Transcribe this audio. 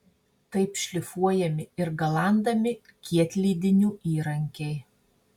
taip šlifuojami ir galandami kietlydinių įrankiai